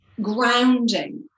grounding